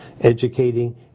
educating